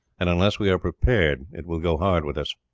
and unless we are prepared it will go hard with us.